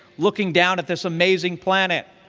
looking down at this amazing planet.